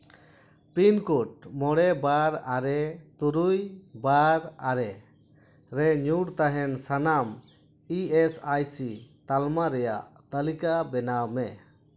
pin code ᱢᱚᱬᱮ ᱵᱟᱨ ᱟᱨᱮ ᱛᱩᱨᱩᱭ ᱵᱟᱨ ᱟᱨᱮ ᱨᱮ ᱧᱩᱨ ᱛᱟᱦᱮᱱ ᱥᱟᱱᱟᱢ ᱤ ᱮᱥ ᱟᱭ ᱥᱤ ᱛᱟᱞᱢᱟ ᱨᱮᱭᱟᱜ ᱛᱟᱹᱞᱤᱠᱟ ᱵᱮᱱᱟᱣ ᱢᱮ